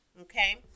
okay